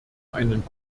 einen